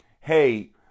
Hey